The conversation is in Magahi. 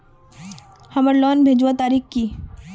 हमार लोन भेजुआ तारीख की?